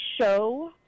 show